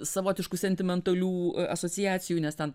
savotiškų sentimentalių asociacijų nes ten